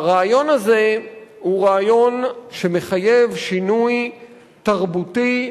הרעיון הזה הוא רעיון שמחייב שינוי תרבותי,